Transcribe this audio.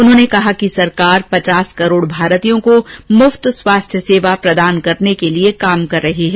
उन्होंने कहा कि सरकार पचास करोड़ भारतीयों को मुफ्त स्वास्थ्य सेवा प्रदान करने के लिए काम कर रही है